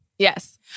Yes